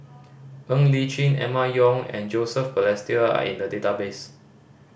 Ng Li Chin Emma Yong and Joseph Balestier are in the database